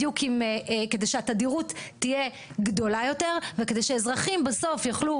כדי שהתדירות תהיה גדולה יותר וכדי שאזרחים בסוף יוכלו